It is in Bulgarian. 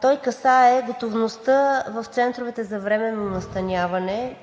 Той касае готовността в центровете за временно настаняване